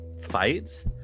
fights